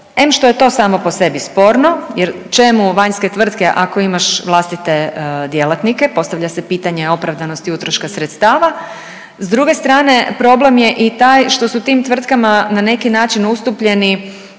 em što je to samo po sebi sporno jel čemu vanjske tvrtke ako imaš vlastite djelatnike, postavlja se pitanje opravdanosti utroška sredstava, s druge strane problem je i taj što su tim tvrtkama na neki način ustupljeni